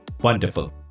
wonderful